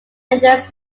enters